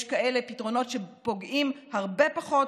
יש כאלה פתרונות שפוגעים בצורה הרבה פחות